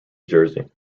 jersey